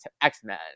X-Men